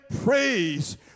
praise